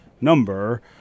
number